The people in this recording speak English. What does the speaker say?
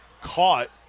caught